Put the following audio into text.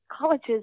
colleges